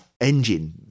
engine